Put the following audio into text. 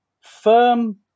firm